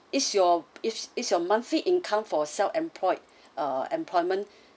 is your is is your monthly income for self-employed ah employment